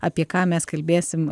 apie ką mes kalbėsim